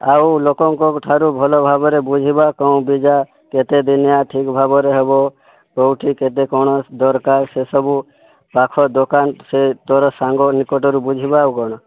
ଆଉ ଲୋକ ଙ୍କ ଠାରୁ ଭଲ ଭାବରେ ବୁଝିବା କେଉଁଠି କେତେ ଦିନ ୟା ଠିକ୍ ଭାବରେ ହେବ କେଉଁଠି କେତେ କ'ଣ ଦରକାର ସେ ସବୁ ପାଖ ଦୋକାନ ସେ ତୋର ସାଙ୍ଗ ନିକଟରୁ ବୁଝିବା ଆଉ କ'ଣ